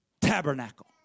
Tabernacle